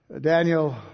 Daniel